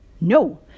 No